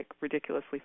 ridiculously